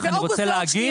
אני רוצה להגיד,